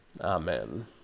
Amen